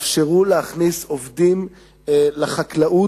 תאפשרו להכניס עובדים לחקלאות,